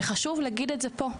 וחשוב לומר זאת פה.